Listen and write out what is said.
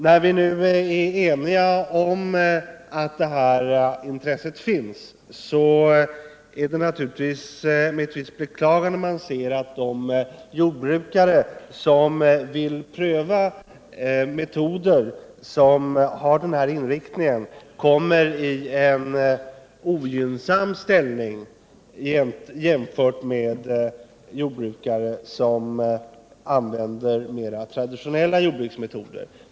När vi nu är eniga om att det här intresset finns, är det naturligtvis med ett visst beklagande man ser att de jordbrukare som vill pröva metoder som har ” den här inriktningen får en ogynnsam ställning jämfört med jordbrukare som använder mer traditionella metoder.